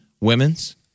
women's